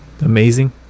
amazing